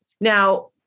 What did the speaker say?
Now